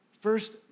first